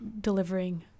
delivering